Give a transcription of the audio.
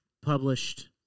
published